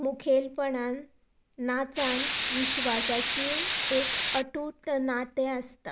मुखेलपणान नाचान विश्वासाची एक अतूट नातें आसता